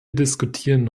diskutieren